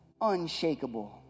Unshakable